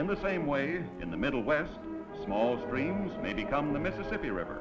in the same way in the middle west small streams may become the mississippi river